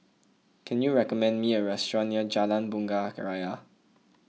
can you recommend me a restaurant near Jalan Bunga Raya